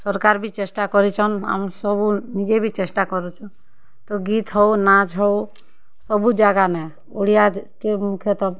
ସରକାର୍ ବି ଚେଷ୍ଟା କରିଛନ୍ ଆମକୁ ସବୁ ନିଜେ ବି ଚେଷ୍ଟା କରୁଛୁଁ ତ ଗୀତ୍ ହଉ ନାଚ୍ ହଉ ସବୁ ଯାଗାନେ ଓଡ଼ିଆ ଜାତି ମୁଖ୍ୟତଃ